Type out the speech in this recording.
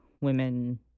women